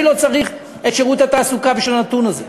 אני לא צריך את שירות התעסוקה בשביל הנתון הזה.